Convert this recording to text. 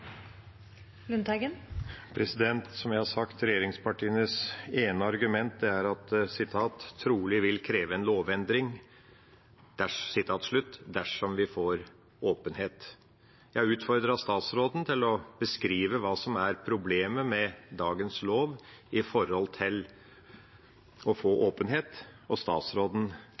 regjeringspartienes ene argument at det «trolig vil kreve en lovendring» dersom vi får åpenhet. Jeg utfordret statsråden til å beskrive hva som er problemet med dagens lov når det gjelder å få åpenhet, og statsråden